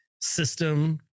system